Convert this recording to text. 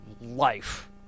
life